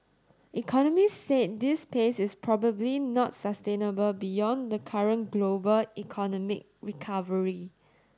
economists said this pace is probably not sustainable beyond the current global economic recovery